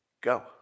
Go